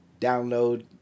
download